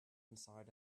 inside